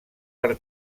per